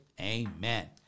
amen